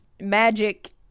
magic